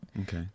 okay